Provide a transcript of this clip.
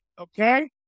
okay